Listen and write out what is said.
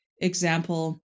example